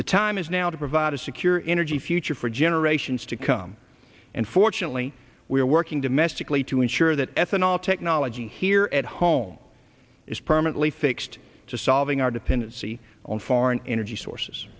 the time is now to provide a secure inner g future for generations to come and fortunately we're working domestically to ensure that ethanol technology here at home is permanently fixed to solving our dependency on foreign energy sources